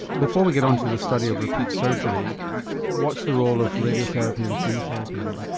before we get onto the study of repeat surgery what's the role of radiotherapy and chemotherapy here?